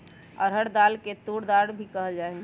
अरहर दाल के तूर दाल भी कहल जाहई